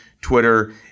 Twitter